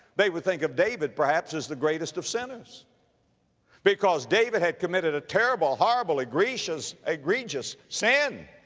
they would think of david, perhaps, as the greatest of sinners because david had committed a terrible, horrible, egregious, egregious sin.